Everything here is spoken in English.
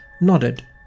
nodded